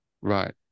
right